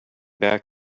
back